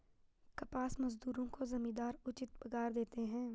कपास मजदूरों को जमींदार उचित पगार देते हैं